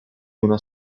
una